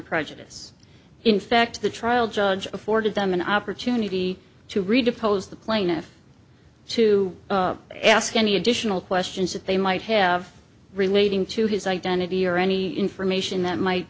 prejudice in fact the trial judge afforded them an opportunity to read oppose the plaintiff to ask any additional questions that they might have relating to his identity or any information that might